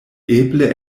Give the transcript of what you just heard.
eble